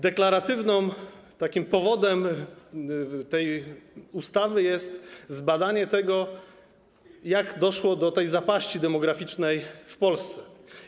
Deklarowanym powodem powstania tej ustawy jest zbadanie tego, jak doszło do tej zapaści demograficznej w Polsce.